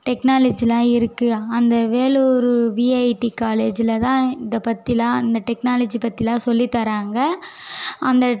டெக்னாலஜிலாம் இருக்குது அந்த வேலூர் விஐடி காலேஜில் தான் இதை பற்றிலாம் அந்த டெக்னாலஜி பற்றிலாம் சொல்லி தர்றாங்க அந்த